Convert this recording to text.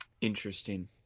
interesting